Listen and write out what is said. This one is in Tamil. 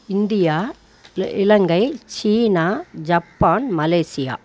India Ilangai China Japan Malaysia